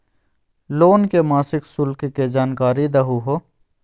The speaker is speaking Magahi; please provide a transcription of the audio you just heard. लोन के मासिक शुल्क के जानकारी दहु हो?